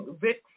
Vic